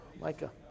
Micah